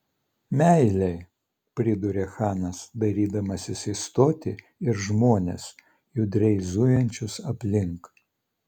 meiliai pridūrė chanas dairydamasis į stotį ir žmones judriai zujančius aplink